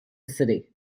city